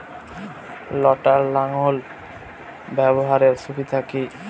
লটার লাঙ্গল ব্যবহারের সুবিধা কি?